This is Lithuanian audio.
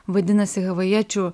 vadinasi havajiečių